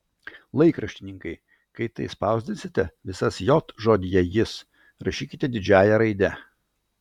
laikraštininkai kai tai spausdinsite visas j žodyje jis rašykit didžiąja raide